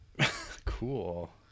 Cool